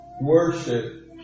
Worship